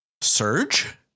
surge